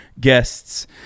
guests